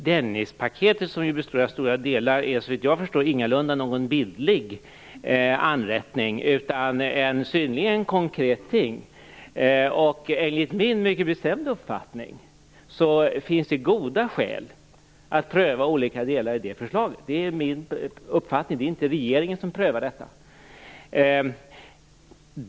Herr talman! Dennispaketet, som består av flera stora delar, är ingalunda, såvitt jag förstår, någon bildlig anrättning, utan ett synnerligen konkret ting. Enligt min mycket bestämda uppfattning finns det goda skäl att pröva olika delar i det förslaget. Det är inte regeringen som prövar detta.